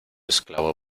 esclavo